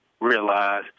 realize